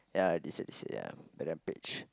yeah this year this year yeah Rampage